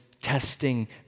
testing